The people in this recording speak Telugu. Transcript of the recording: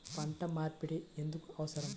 పంట మార్పిడి ఎందుకు అవసరం?